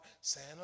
Santa